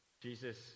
Jesus